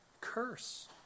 curse